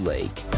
Lake